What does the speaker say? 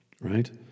right